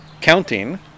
Counting